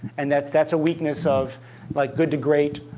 and that's that's a weakness of like good to great,